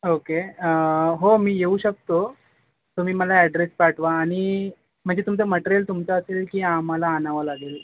okay हो मी येऊ शकतो तुम्ही मला अॅड्रेस पाठवा आणि म्हणजे तुमचं मट्रेयल तुमचं असेल की आम्हाला आणावं लागेल